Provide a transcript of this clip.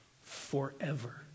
forever